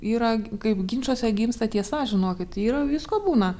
yra kaip ginčuose gimsta tiesa žinokit yra visko būna